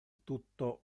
tutto